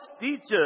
teachers